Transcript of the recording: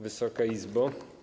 Wysoka Izbo!